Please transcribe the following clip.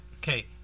Okay